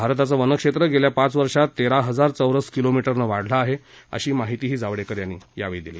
भारताचं वनक्षेत्र गेल्या पाच वर्षात तेरा हजार चौरस किलोमीटरनं वाढलं आहे अशी माहितीही जावडेकर यांनी दिली